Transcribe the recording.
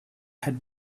had